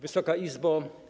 Wysoka Izbo!